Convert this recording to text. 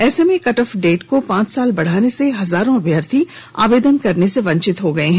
ऐसे में cut off date को पांच साल बढ़ाने से हजारों अभ्यर्थी आवेदन करने से वंचित हो गए हैं